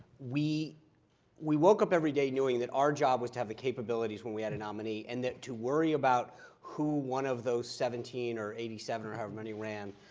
we we woke up every day knowing that our job was to have the capabilities when we had a nominee, and that to worry about who one of those seventeen or eighty seven, or however many ran